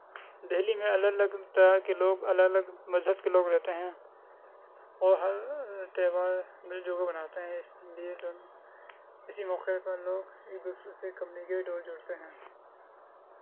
دہلی میں الگ الگ طرح کے لوگ الگ الگ مذہب کے لوگ رہتے ہیں وہ ہر تہوار مل جل کر مناتے ہیں اس لئے دونوں اسی موقع پر لوگ ایک دوسرے سے کمنیکیٹ اور جڑتے ہیں